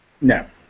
No